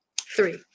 three